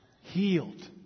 Healed